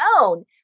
own